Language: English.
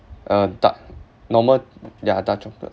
uh dark normal ya dark chocolate